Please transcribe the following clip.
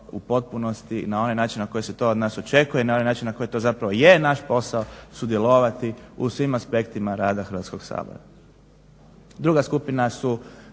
u potpunosti na onaj način na koji se to od nas očekuje i na onaj način na koji to zapravo je naš posao, sudjelovati u svim aspektima rada Hrvatskog sabora. Druga skupina su